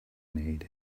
need